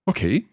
Okay